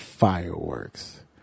fireworks